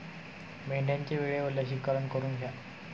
मेंढ्यांचे वेळेवर लसीकरण करून घ्या